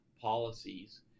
policies